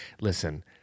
Listen